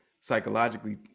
psychologically